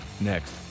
next